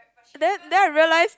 then then I realise